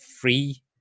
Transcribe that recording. free